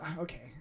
Okay